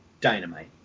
dynamite